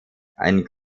ein